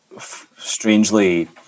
strangely